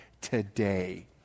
today